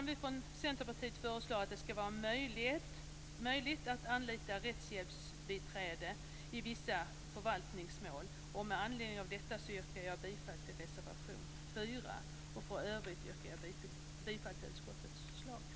Vi från Centerpartiet, fru talman, föreslår att det skall vara möjligt att anlita rätthjälpsbiträde i vissa förvaltningsmål. Med anledning av detta yrkar jag bifall till reservation 4. I övrigt yrkar jag bifall till utskottets hemställan.